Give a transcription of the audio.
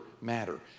matter